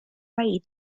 way